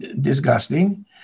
disgusting